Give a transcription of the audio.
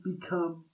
become